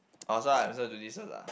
oh so I'm I supposed to do this first ah